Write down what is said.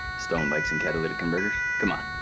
stolen bikes and catalytic converters? come on.